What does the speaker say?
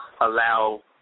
allow